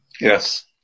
Yes